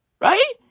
right